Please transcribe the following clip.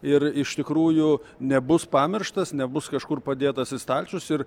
ir iš tikrųjų nebus pamirštas nebus kažkur padėtas į stalčius ir